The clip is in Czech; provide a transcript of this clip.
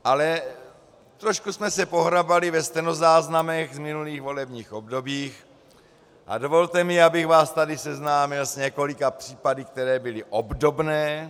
Ale trošku jsme se pohrabali ve stenozáznamech z minulých volebních období a dovolte mi, abych vás tady seznámil s několika případy, které byly obdobné.